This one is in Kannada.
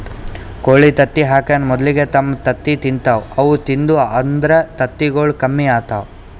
ಕೋಳಿ ತತ್ತಿ ಹಾಕಾನ್ ಮೊದಲಿಗೆ ತಮ್ ತತ್ತಿ ತಿಂತಾವ್ ಅವು ತಿಂದು ಅಂದ್ರ ತತ್ತಿಗೊಳ್ ಕಮ್ಮಿ ಆತವ್